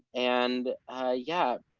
and yeah,